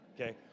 Okay